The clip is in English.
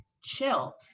chill